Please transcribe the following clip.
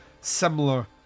similar